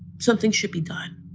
something should be done.